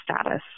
status